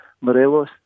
Morelos